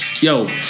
Yo